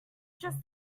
just